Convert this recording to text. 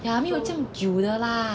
yeah 没有这样久的 lah